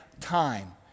time